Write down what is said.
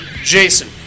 Jason